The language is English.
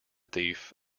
thief